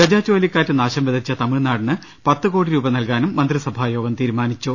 ഗജ ചുഴലിക്കാറ്റ് നാശം വിതച്ച തമിഴ്നാടിന് പത്ത്കോടി രൂപ നൽകാനും മന്ത്രിസഭായോഗം തീരു മാനിച്ചു